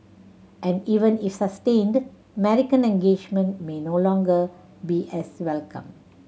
and even if sustained American engagement may no longer be as welcome